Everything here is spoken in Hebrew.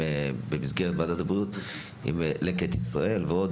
במסגרת ועדת הבריאות עם לקט ישראל ועוד,